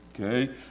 okay